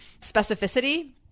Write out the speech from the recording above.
specificity